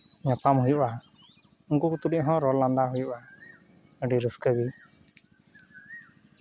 ᱧᱟᱯᱟᱢ ᱦᱩᱭᱩᱜᱼᱟ ᱩᱱᱠᱩ ᱠᱚ ᱛᱩᱞᱩᱡ ᱦᱚᱸ ᱨᱚᱲ ᱞᱟᱸᱫᱟ ᱦᱩᱭᱩᱜᱼᱟ ᱟᱹᱰᱤ ᱨᱟᱹᱥᱠᱟᱹ ᱜᱮ